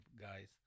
guys